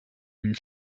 une